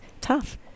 tough